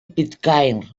pitcairn